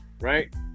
right